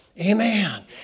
Amen